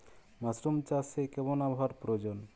Mushroom চাষে কেমন আবহাওয়ার প্রয়োজন?